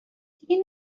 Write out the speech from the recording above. دیگه